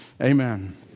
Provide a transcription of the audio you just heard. Amen